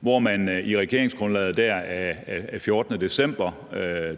hvor man altså i regeringsgrundlaget den 14. december